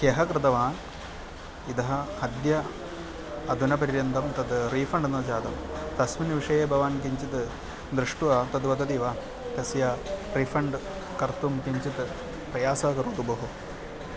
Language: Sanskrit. ह्यः कृतवान् इदं अद्य अधुना पर्यन्तं तत् रीफ़ण्ड् न जातं तस्मिन् विषये भवान् किञ्चित् दृष्ट्वा तद्वदति वा तस्य रीफ़ण्ड् कर्तुं किञ्चित् प्रयासः करोतु भोः